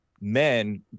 men